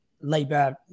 Labour